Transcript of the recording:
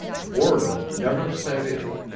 boredom never set in.